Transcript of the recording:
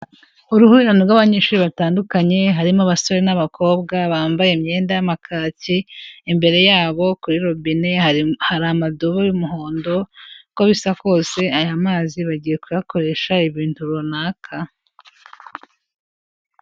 Uruhurirane rw'abanyeshuri batandukanye harimo abasore n'abakobwa, bambaye imyenda y'amakaki, imbere yabo kuri robine hari amadobo y'umuhondo, uko bisa kose aya mazi bagiye kuyakoresha ibintu runaka.